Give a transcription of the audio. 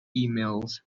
emails